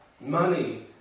money